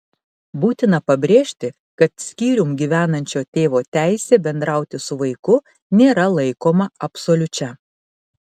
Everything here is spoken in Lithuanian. būtina pabrėžti kad skyrium gyvenančio tėvo teisė bendrauti su vaiku nėra laikoma absoliučia